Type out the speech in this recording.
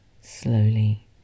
slowly